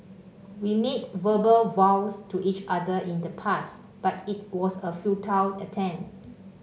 we made verbal vows to each other in the past but it was a futile attempt